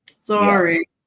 sorry